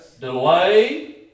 delay